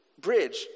bridge